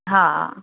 हा